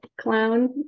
clown